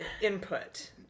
input